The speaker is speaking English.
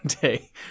day